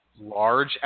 large